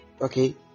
okay